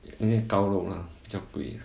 因为高楼 lah 不叫贵 uh